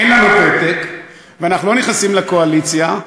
אין לנו פתק ואנחנו לא נכנסים לקואליציה,